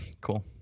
Cool